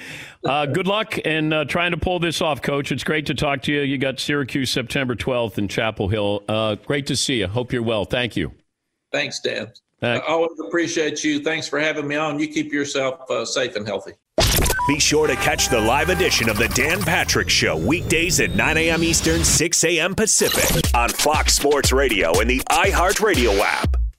Uh, good luck in, uh, trying to pull this off, Coach. It's great to talk to you. You got Syracuse September 12th in Chapel Hill. Uh, great to see you. Hope you're well. Thank you. Thanks, Dan. Thank- I always appreciate you. Thanks for having me on. You keep yourself, uh, safe and healthy. Be sure to catch the live edition of The Dan Patrick Show weekdays at 9 a.m. Eastern, 6 a.m. Pacific on Fox Sports Radio and the iHeartRadio app.